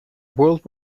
world